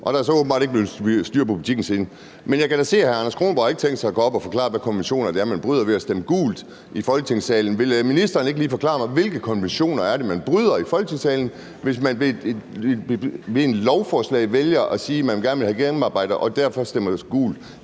Der er så åbenbart ikke kommet mere styr på butikken siden. Men jeg kan da se, at hr. Anders Kronborg ikke har tænkt sig at gå op og forklare, hvilke konventioner man bryder ved at stemme gult i Folketingssalen. Vil ministeren ikke lige forklare mig, hvilke konventioner det er, man bryder i Folketingssalen, hvis man ved en afstemning om et lovforslag vælger at sige, at man gerne vil have det gennemarbejdet og derfor stemmer gult?